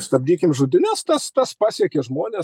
stabdykim žudynes tas tas pasiekė žmones